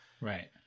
Right